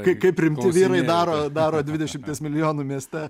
kaip kaip rimti vyrai daro daro dvidešimties milijonų mieste